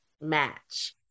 match